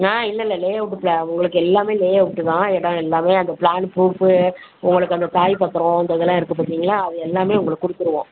ஆ இல்லை இல்லை லேவுட்டு பி உங்களுக்கு எல்லாமே லேவுட்டு தான் இடம் எல்லாமே அந்த பிளான் ப்ரூப்பு உங்களுக்கு அந்த தாய் பத்திரோம் அ இதெல்லாம் இருக்கற பார்த்தீங்கங்களன்னா அது எல்லாமே உங்களுக்கு கொடுத்துருவோம்